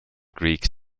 greeks